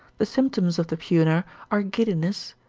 the symptoms of the puna are giddiness,